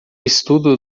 estudo